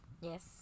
yes